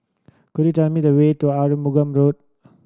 could you tell me the way to Arumugam Road